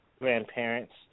grandparents